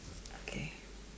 okay